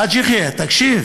חאג' יחיא, תקשיב.